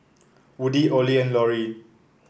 Woody Ollie and Loree